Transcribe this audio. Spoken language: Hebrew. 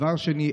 דבר שלישי,